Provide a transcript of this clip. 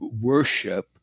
worship